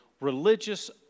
religious